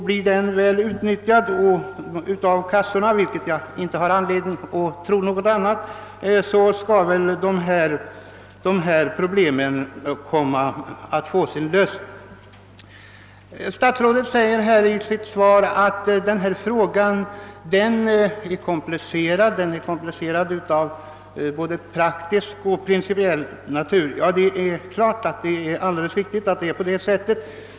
Blir den väl utnyttjad av kassorna — och jag har inte anledning att tro något annat — torde problemen få sin lösning. Statsrådet säger i sitt svar att frågan inrymmer problem av såväl principiell som praktisk art. Detta är alldeles riktigt.